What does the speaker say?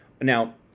Now